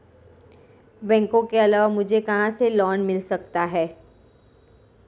बैंकों के अलावा मुझे कहां से लोंन मिल सकता है?